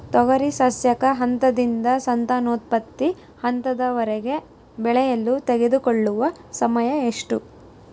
ತೊಗರಿ ಸಸ್ಯಕ ಹಂತದಿಂದ ಸಂತಾನೋತ್ಪತ್ತಿ ಹಂತದವರೆಗೆ ಬೆಳೆಯಲು ತೆಗೆದುಕೊಳ್ಳುವ ಸಮಯ ಎಷ್ಟು?